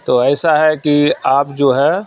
تو ایسا ہے کہ آپ جو ہے